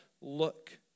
look